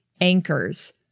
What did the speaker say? anchors